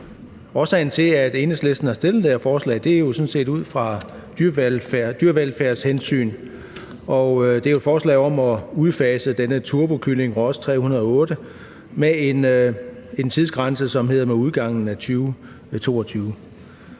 Årsagen til, at Enhedslisten har fremsat det her forslag, er jo sådan set den, at vi af dyrevelfærdshensyn ønsker at udfase denne turbokylling, Ross 308, med en tidsgrænse, som hedder med udgangen af 2022.